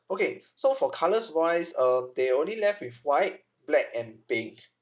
okay so for colours wise um they only left with white black and pink